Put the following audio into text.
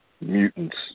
Mutants